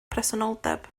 presenoldeb